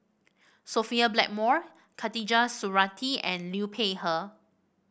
Sophia Blackmore Khatijah Surattee and Liu Peihe